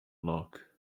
lock